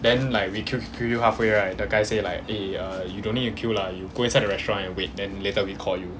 then like we queue queue queue halfway right the guy say like eh uh you don't need to queue lah you go inside the restaurant and wait then later we call you